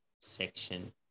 section